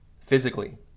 physically